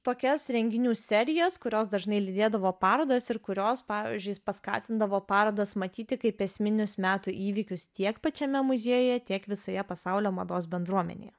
tokias renginių serijas kurios dažnai lydėdavo parodas ir kurios pavyzdžiui paskatindavo parodas matyti kaip esminius metų įvykius tiek pačiame muziejuje tiek visoje pasaulio mados bendruomenėje